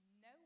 No